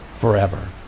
Forever